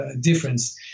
difference